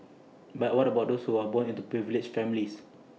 but what about those who are born into privileged families